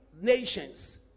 nations